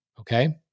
Okay